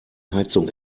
heizung